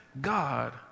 God